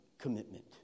commitment